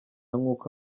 nkuko